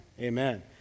Amen